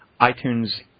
iTunes